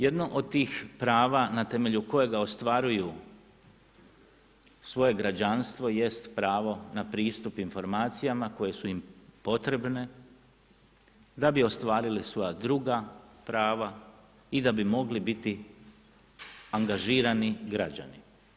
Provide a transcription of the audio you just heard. Jedno od tih prava na temelju kojega ostvaruju svoje građanstvo jest pravo na pristup informacijama koje su im potrebne da bi ostvarili svoja duga prava i da bi mogli biti angažirani građani.